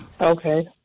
Okay